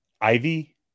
Ivy